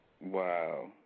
Wow